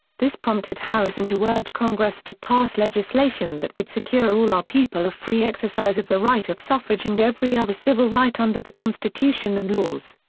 this prompted harrison to urge congress to pass legislation that would secure all our people a free exercise of the right of suffrage and every other civil right under the constitution and laws.